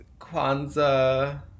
Kwanzaa